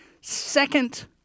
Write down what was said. second